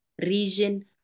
region